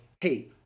hey